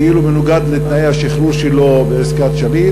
כאילו בניגוד לתנאי השחרור שלו בעסקת שליט.